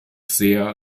sehr